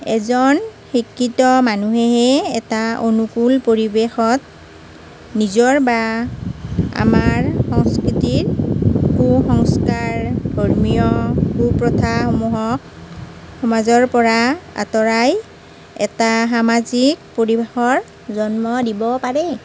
এজন শিক্ষিত মানুহেহে এটা অনুকূল পৰিৱেশত নিজৰ বা আমাৰ সংস্কৃতিৰ কু সংস্কাৰ ধৰ্মীয় কু প্ৰথা সমূহক সমাজৰ পৰা আঁতৰাই এটা সামাজিক পৰিৱেশৰ জন্ম দিব পাৰে